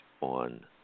on